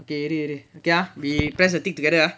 okay இரு இரு:iru iru okay ah we press the tick together ah